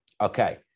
Okay